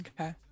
okay